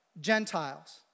Gentiles